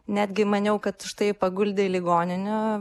netgi maniau kad štai paguldė į ligoninę